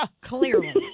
clearly